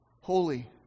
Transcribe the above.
Holy